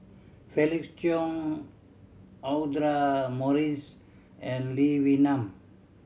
Felix Cheong Audra Morrice and Lee Wee Nam